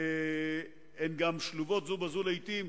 הן גם שלובות זו בזו לעתים,